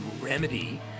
Remedy